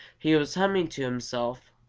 he was humming to himself,